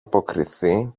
αποκριθεί